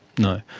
no.